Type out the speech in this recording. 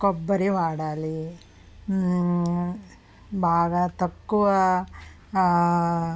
కొబ్బరి వాడాలి బాగా బాగా తక్కువ